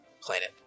planet